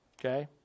Okay